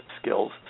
skills